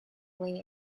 way